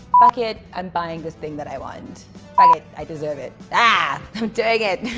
ah ck it i'm buying this thing that i want i deserve it. ah i'm doing it